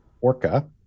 orca